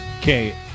Okay